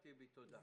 תודה.